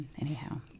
Anyhow